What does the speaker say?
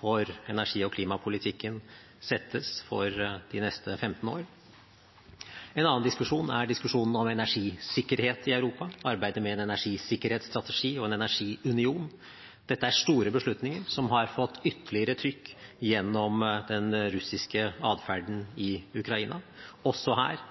for energi- og klimapolitikken settes for de neste 15 år. En annen diskusjon er diskusjonen om energisikkerhet i Europa: arbeidet med en energisikkerhetsstrategi og en energiunion. Dette er store beslutninger som har fått ytterligere trykk gjennom den russiske adferden i Ukraina. Også her